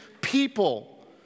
people